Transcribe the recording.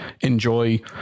enjoy